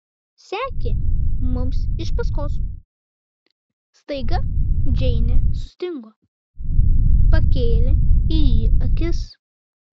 sekė mums iš paskos staiga džeinė sustingo pakėlė į jį akis